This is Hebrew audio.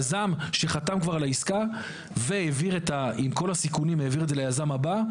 יזם שחתם כבר על העסקה ועם כל הסיכונים העביר את זה ליזם הבא,